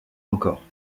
records